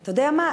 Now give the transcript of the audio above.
אתה יודע מה?